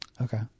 Okay